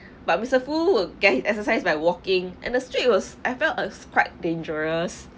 but mister foo will get his exercise by walking and the street was I felt is quite dangerous